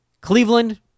Cleveland